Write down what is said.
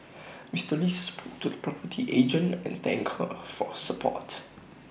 Mr lee spoke to A property agent and thank her for her support